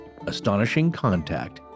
astonishingcontact